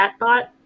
chatbot